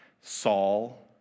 Saul